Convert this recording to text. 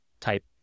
type